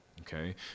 okay